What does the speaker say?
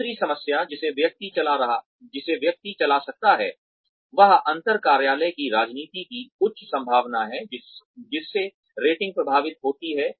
दूसरी समस्या जिसे व्यक्ति चला सकता है वह अंतर कार्यालय की राजनीति की उच्च संभावना है जिससे रेटिंग प्रभावित होती है